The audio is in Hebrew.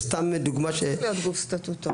זה צריך להיות גוף סטטוטורי.